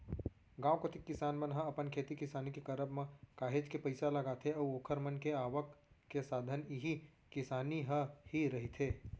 गांव कोती के किसान मन ह अपन खेती किसानी के करब म काहेच के पइसा लगाथे अऊ ओखर मन के आवक के साधन इही किसानी ह ही रहिथे